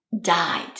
died